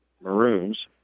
Maroons